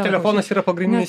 telefonas yra pagrindinis